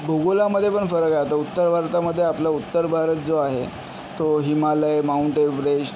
भूगोलामध्ये पण फरक आहे आता उत्तर वारतामध्ये आपलं उत्तर भारत जो आहे तो हिमालय माऊंट एवरेश